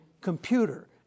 computer